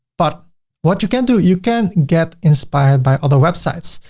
but what you can do, you can get inspired by other websites.